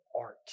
art